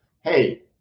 hey